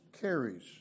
carries